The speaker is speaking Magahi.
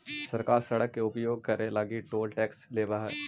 सरकार सड़क के उपयोग करे लगी टोल टैक्स लेवऽ हई